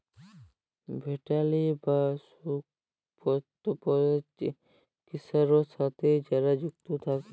veterinary বা পশু প্রালিদ্যার চিকিৎছার সাথে যারা যুক্ত থাক্যে